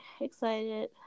excited